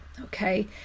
Okay